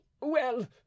Well